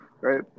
right